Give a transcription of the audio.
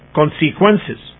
consequences